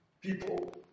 People